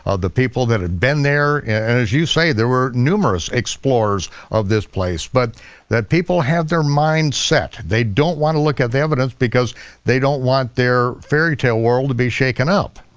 the people that had been there and as you say, there were numerous explorers of this place. but that people have their minds set. they don't want to look at the evidence because they don't want their fairy tale world to be shaken up.